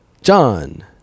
John